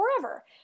Forever